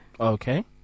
okay